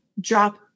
drop